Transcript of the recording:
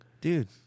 Dude